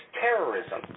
terrorism